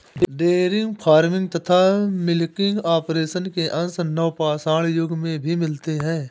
dairy farming तथा milking operation के अंश नवपाषाण युग में भी मिलते हैं